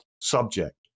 subject